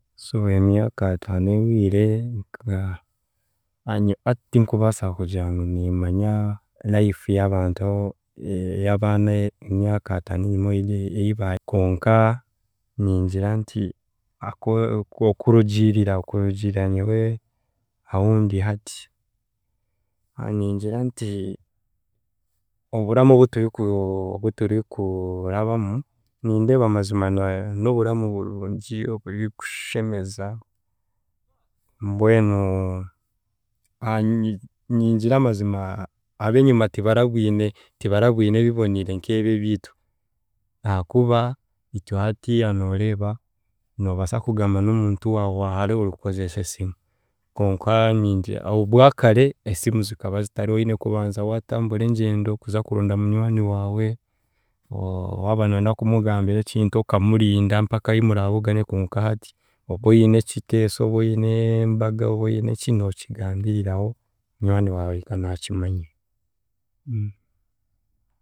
So emyaka ataano ehwire a- nka naanye hati tinkubaasa kugira ngu niimanya life y'abantu ey'abaana emyaka ataano enyima ei konka ningira nti ako- ako- kurugiirira kurugiirira nyowe ahundi hati ningira nti oburamu obuturiku obutukurabamu nindeeba mazima na n'oburamu burungi oburikushemeza mbwenu ningira mazima ab’enyima tibarabwine tibarabwine ebiboniire nk’ebi ebiitu, ahaakuba itwe hatiiya nooreeba noobaasa kugamba n'omuntu waawe waahare orikukozesa esimu, konka ningi obwakare esimu zikaba zitariho oine kubanza waatambura engyendo kuza kuronda munywani waawe, waaba nooyenda kumugambira ekintu okamurinda mpaka ahi muraabugane, konka hati oba oine ekitiiso, oba oine embaga, oba oineki, nookigambiriraho munywani waawe ahika naakimanya.